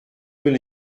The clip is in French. bon